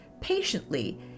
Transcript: patiently